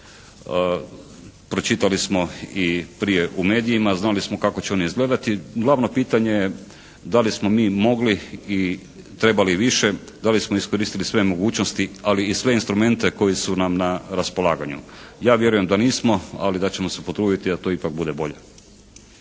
pročitali smo i prije u medijima, znali smo kako će oni izgledati. Glavno pitanje je da li smo mi mogli i trebali više, da li smo iskoristili sve mogućnosti, ali i sve instrumente koji su nam na raspolaganju. Ja vjerujem da nismo, ali da ćemo se potruditi da to ipak bude bolje.